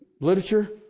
literature